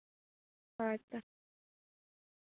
ᱦᱳᱭ ᱛᱚ